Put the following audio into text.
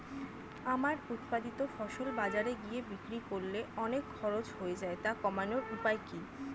আমার উৎপাদিত ফসল বাজারে গিয়ে বিক্রি করলে অনেক খরচ হয়ে যায় তা কমানোর উপায় কি?